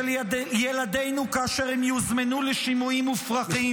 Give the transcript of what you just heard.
ילדינו כאשר הם יוזמנו לשימועים מופרכים.